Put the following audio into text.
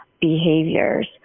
behaviors